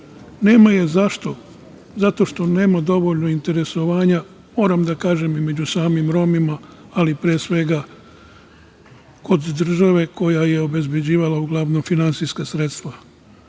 Nema je zato što nema dovoljno interesovanja, moram da kažem i među samim Romima, ali pre svega, kod države koja je obezbeđivala uglavnom, finansijska sredstva. Poštovani